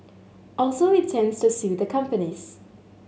also intends to sue the companies